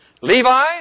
Levi